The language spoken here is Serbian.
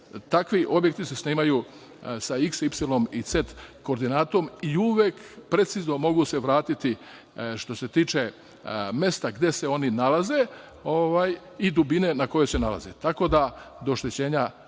takvi objekti se snimaju sa x, y i c koordinatom i uvek precizno mogu se vratiti što se tiče mesta gde se oni nalaze i dubine na kojoj se nalaze. Tako da do oštećenja